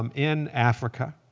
um in africa.